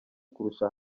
kurusha